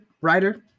writer